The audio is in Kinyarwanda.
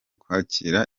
kwakira